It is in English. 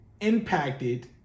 impacted